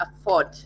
afford